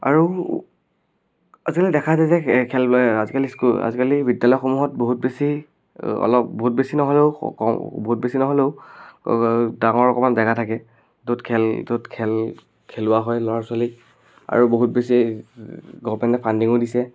আৰু আজিকালি দেখা যায় যে খেল আজিকালি স্কু আজিকালি বিদ্যালয়সমূহত বহুত বেছি অলপ বহুত বেছি নহ'লেও বহুত বেছি নহ'লেও ডাঙৰ অকণমান জেগা থাকে য'ত খেল য'ত খেল খেলোৱা হয় ল'ৰা ছোৱালীক আৰু বহুত বেছি গৱমেণ্টে ফাণ্ডিঙো দিছে